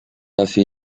así